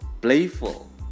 playful